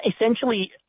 Essentially